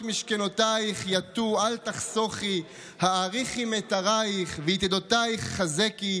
משכנותיך יטו אל תחשכי האריכי מיתריך ויתדתיך חזקי",